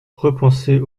repenser